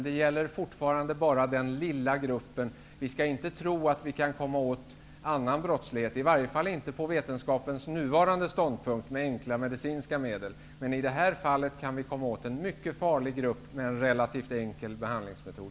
Det gäller fortfarande bara denna lilla grupp. Vi skall inte tro att vi kan komma åt annan brottslighet, i varje fall inte med vetenskapens nuvarande kunskaper, med enkla medicinska medel. Men i det fallet går det att komma åt en mycket farlig grupp med en relativt enkel behandlingsmetod.